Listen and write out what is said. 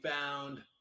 found